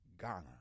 Ghana